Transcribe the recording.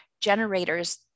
generators